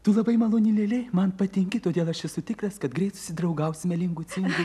tu labai maloni lėlė man patinki todėl aš esu tikras kad greit susidraugausime lingu cingu